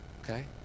Okay